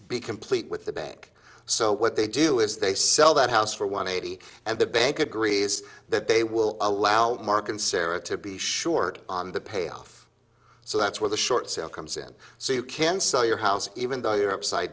and complete with the bank so what they do is they sell that house for one eighty and the bank agrees that they will allow mark and sarah to be short on the payoff so that's where the short sale comes in so you can sell your house even though you're upside